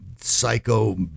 psycho